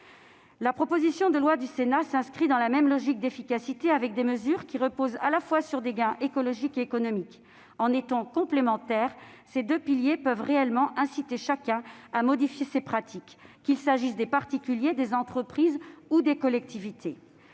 La proposition de loi du Sénat s'inscrit dans la même logique d'efficacité avec des mesures qui reposent à la fois sur des gains écologiques et économiques. En étant complémentaires, ces deux piliers peuvent réellement inciter chaque acteur à modifier ses pratiques, qu'il s'agisse des particuliers, des entreprises ou des collectivités.